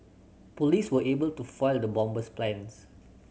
police were able to foil the bomber's plans